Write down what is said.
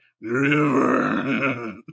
river